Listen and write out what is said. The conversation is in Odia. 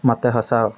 ମୋତେ ହସାଅ